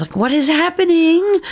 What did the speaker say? like what is happening!